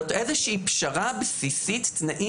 אבל זאת איזושהי פשרה בסיסית ותנאים